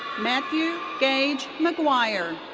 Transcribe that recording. matthew gage mcguire.